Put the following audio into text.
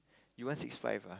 you went six five ah